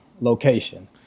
location